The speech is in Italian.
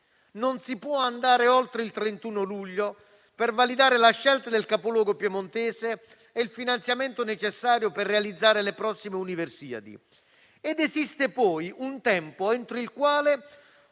Non si può andare oltre il 31 luglio per validare la scelta del capoluogo piemontese e il finanziamento necessario per realizzare le prossime Universiadi. Esiste altresì un tempo entro il quale